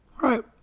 right